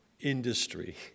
industry